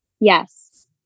Yes